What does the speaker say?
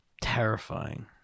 Terrifying